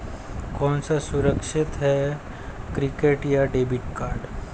कौन सा सुरक्षित है क्रेडिट या डेबिट कार्ड?